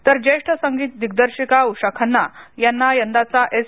तर ज्येष्ठ संगीत दिग्दर्शिका उषा खन्ना यांना यंदाचा एस